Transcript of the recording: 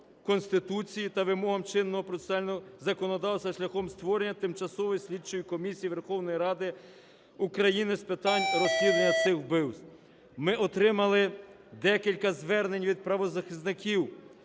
Конституції та вимогам чинного процесуального законодавства шляхом створення Тимчасової слідчої комісії Верховної Ради України з питань розслідування цих вбивств. Ми отримали декілька звернень від правозахисників